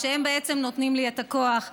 שהם בעצם נותנים לי את הכוח.